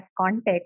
context